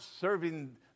serving